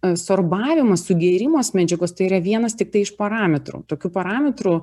absorbavimas sugėrimas medžiagos tai yra vienas tiktai iš parametrų tokių parametrų